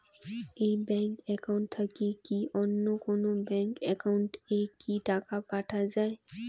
এই bank account থাকি কি অন্য কোনো ব্যাংক একাউন্ট এ কি টাকা পাঠা যাবে?